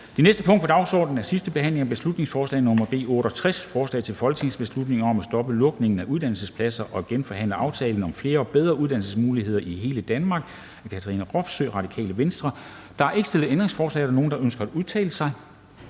Det næste punkt på dagsordenen er: 50) 2. (sidste) behandling af beslutningsforslag nr. B 68: Forslag til folketingsbeslutning om at stoppe lukning af uddannelsespladser og genforhandle aftalen om flere og bedre uddannelsesmuligheder i hele Danmark. Af Katrine Robsøe (RV) m.fl. (Fremsættelse 19.01.2022. 1. behandling 22.03.2022. Betænkning